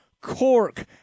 Cork